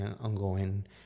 ongoing